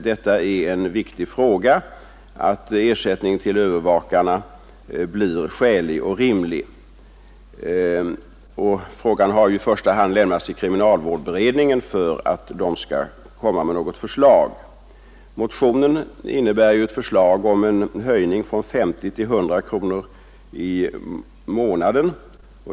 Det är viktigt att ersättningen till övervakarna blir skälig och rimlig. Frågan har överlämnats till kriminalvårdsberedningen, som skall komma med förslag. Motionen innebär ett förslag om en höjning från 50 kronor till 100 kronor i månaden.